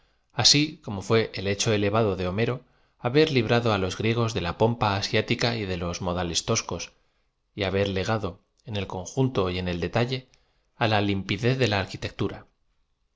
asi como fué el he cho elevado de homero haber librado á los griegos de la pompa asiática y de los modales toscos y haber lie gado en el conjunto y en el detalle á la lim pidez de la arquitectura